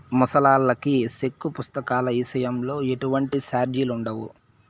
ముసలాల్లకి సెక్కు పుస్తకాల ఇసయంలో ఎటువంటి సార్జిలుండవు